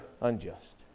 unjust